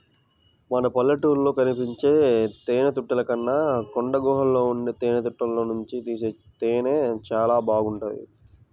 మన పల్లెటూళ్ళలో కనిపించే తేనెతుట్టెల కన్నా కొండగుహల్లో ఉండే తేనెతుట్టెల్లోనుంచి తీసే తేనె చానా బాగుంటది